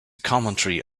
commentary